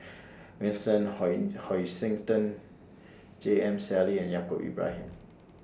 Vincent Hoisington J M Sali and Yaacob Ibrahim